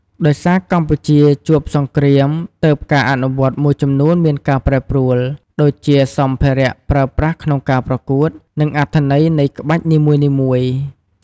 ដោយសារកម្ពុជាជួបសង្គ្រាម ទើបការអនុវត្តមួយចំនួនមានការប្រែប្រួល ដូចជា សំភារៈប្រើប្រាស់ក្នុងការប្រកួត និងអត្ថន័យនៃក្បាច់នីមួយៗ។